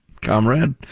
Comrade